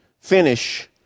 finish